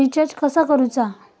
Recharge कसा करूचा?